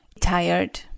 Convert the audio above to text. tired